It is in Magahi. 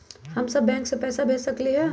हम सब बैंक में पैसा भेज सकली ह?